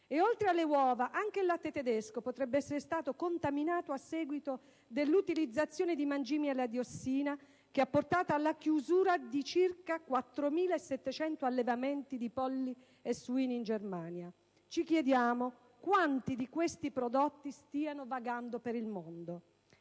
e oltre alle uova anche il latte tedesco potrebbe essere stato contaminato a seguito dell'utilizzazione di mangimi alla diossina che ha portato alla chiusura di circa 4.700 allevamenti di polli e suini in Germania. Ci chiediamo quanti di questi prodotti stiano vagando per il mondo.